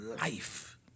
life